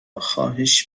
خواهش